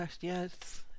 yes